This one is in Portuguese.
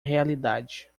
realidade